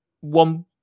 one